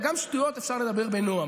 גם שטויות אפשר לדבר בנועם.